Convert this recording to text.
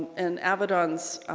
and avedon's